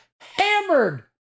hammered